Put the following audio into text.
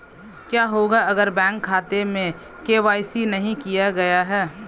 क्या होगा अगर बैंक खाते में के.वाई.सी नहीं किया गया है?